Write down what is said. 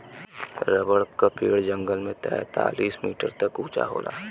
rubber क पेड़ जंगल में तैंतालीस मीटर तक उंचा होला